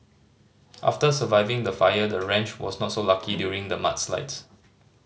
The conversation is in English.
after surviving the fire the ranch was not so lucky during the mudslides